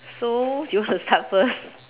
so do you want to start first